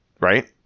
right